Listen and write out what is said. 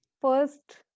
first